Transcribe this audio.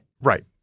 Right